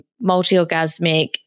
multi-orgasmic